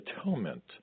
atonement